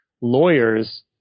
lawyers